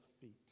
feet